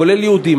כולל יהודים,